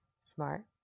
Smart